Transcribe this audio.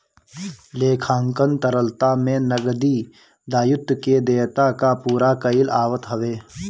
लेखांकन तरलता में नगदी दायित्व के देयता कअ पूरा कईल आवत हवे